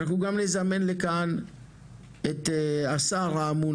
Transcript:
אנחנו גם נזמן לכאן את השר האמון,